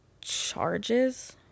charges